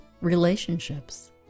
relationships